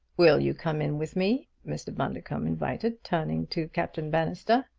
will you come in with me? mr. bundercombe invited, turning to captain bannister.